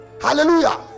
Hallelujah